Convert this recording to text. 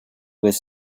with